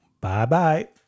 Bye-bye